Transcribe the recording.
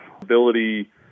ability